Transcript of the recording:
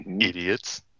Idiots